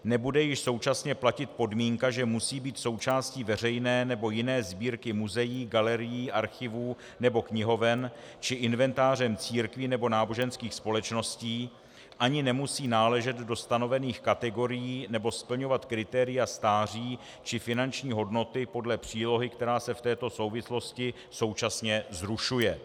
Nebude již současně platit podmínka, že musí být součástí veřejné nebo jiné sbírky muzeí, galerií, archivů nebo knihoven či inventářem církví nebo náboženských společností, ani nemusí náležet do stanovených kategorií nebo splňovat kritéria stáří či finanční hodnoty podle přílohy, která se v této souvislosti současně zrušuje.